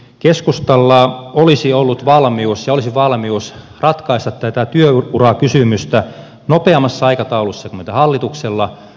keskustalla olisi ollut valmius ja olisi valmius ratkaista tätä työurakysymystä nopeammassa aikataulussa kuin hallituksella